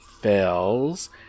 Fails